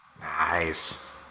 nice